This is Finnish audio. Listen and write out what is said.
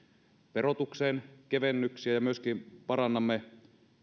verotukseen kevennyksiä ja myöskin parannamme